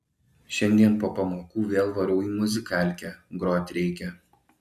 šiandien po pamokų vėl varau į muzikalkę grot reikia